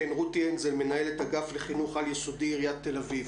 אנזל, מנהלת אגף לחינוך על-יסודי, עיריית תל אביב.